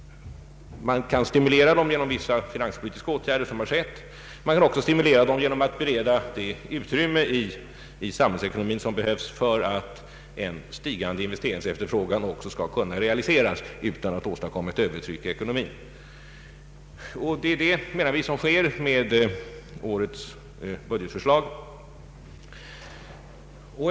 Man kan stimulera dem genom vissa finanspolitiska åtgärder, som skett. Man kan också stimulera dem genom att bereda det utrymme i samhällsekonomin som behövs för att en stigande investeringsefterfrågan skall kunna realiseras utan att åstadkomma ett övertryck i ekonomin. Vi menar att det är det som sker genom årets budgetförslag.